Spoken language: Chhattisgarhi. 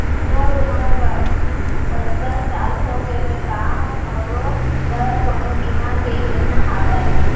मोर उमर पचपन साल होगे हे, का मोरो बर कोनो बीमा के योजना हावे?